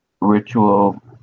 ritual